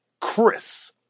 Chris